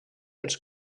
els